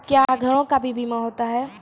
क्या घरों का भी बीमा होता हैं?